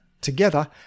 together